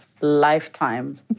lifetime